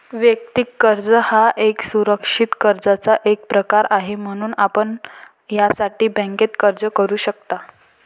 वैयक्तिक कर्ज हा एक असुरक्षित कर्जाचा एक प्रकार आहे, म्हणून आपण यासाठी बँकेत अर्ज करू शकता